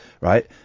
right